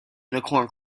unicorn